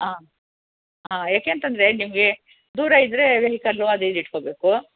ಹಾಂ ಹಾಂ ಯಾಕೆ ಅಂತಂದರೆ ನಿಮಗೆ ದೂರ ಇದ್ದರೆ ವೆಹಿಕಲ್ಲು ಅದು ಇದು ಇಟ್ಕೋಬೇಕು